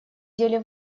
деле